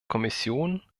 kommission